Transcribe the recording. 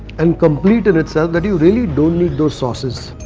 and complete in itself that you really don't need those sauces.